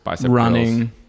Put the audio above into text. running